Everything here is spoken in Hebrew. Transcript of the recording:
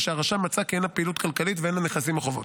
ושהרשם מצא כי אין לה פעילות כלכלית ואין לה נכסים או חובות.